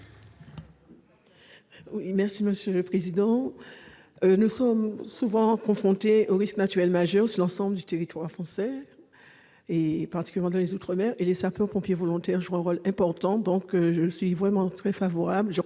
explication de vote. Nous sommes souvent confrontés à des risques naturels majeurs, sur l'ensemble du territoire français et, particulièrement, dans les outre-mer. Les sapeurs-pompiers volontaires jouent un rôle important. C'est pourquoi je suis très favorable